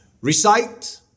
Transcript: recite